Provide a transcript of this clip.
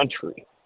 country